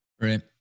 right